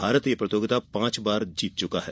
भारत यह प्रतियोगिता पांच बार जीत चुका है